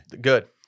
Good